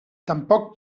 tampoc